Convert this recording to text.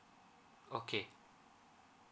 okay